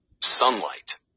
Sunlight